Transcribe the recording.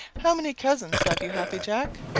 how many cousins have you, happy jack?